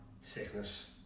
sickness